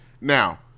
now